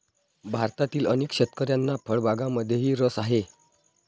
भारतातील अनेक शेतकऱ्यांना फळबागांमध्येही रस आहे